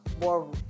more